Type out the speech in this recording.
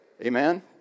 Amen